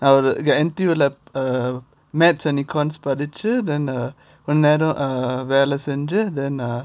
I'll get N_T_U lah uh maths and econs படிச்சு:padichi then uh கொஞ்ச நேரம் வேலை செஞ்சு:konja neram vela senji then uh